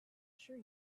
sure